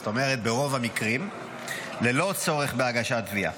זאת אומרת ברוב המקרים ללא צורך בהגשת תביעה.